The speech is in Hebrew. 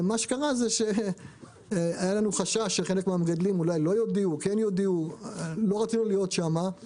היה לנו חשש שחלק מהמגדלים לא יודיעו ולא רצינו להיות במצב כזה אז